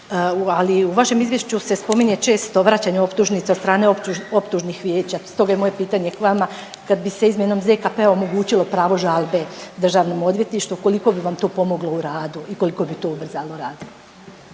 ali u vašem izvješću se spominje često vraćanje optužnica od strane optužnih vijeća. Stoga je moje pitanje k vama, kad bi se izmjenom ZKP-a omogućilo pravo žalbe državnom odvjetništvo, koliko bi vam to pomoglo u radu i koliko bi to ubrzalo rad?